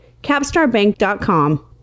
CapstarBank.com